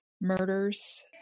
murders